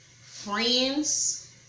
friends